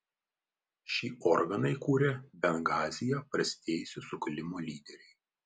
šį organą įkūrė bengazyje prasidėjusio sukilimo lyderiai